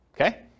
Okay